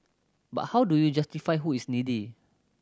but how do you justify who is needy